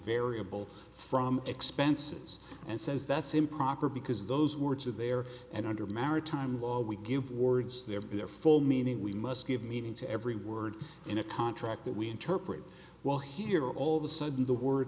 invariable from expenses and says that's improper because those words are there and under maritime law we give words their be their full meaning we must give meaning to every word in a contract that we in turkey well here all of a sudden the word